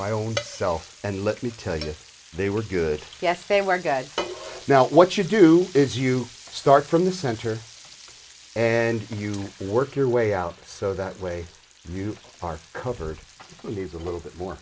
my own self and let me tell you they were good yes they were good now what you do is you start from the center and you work your way out so that way you are covered leaves a little bit more